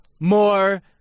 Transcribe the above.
more